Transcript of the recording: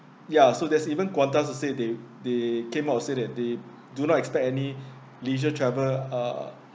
ya so there's even Qantas to say they they came out to say that they do not expect any leisure travel uh